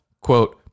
quote